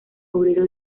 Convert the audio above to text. obrero